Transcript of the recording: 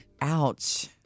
Ouch